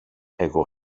εγώ